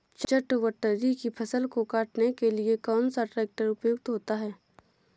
चटवटरी की फसल को काटने के लिए कौन सा ट्रैक्टर उपयुक्त होता है?